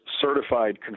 certified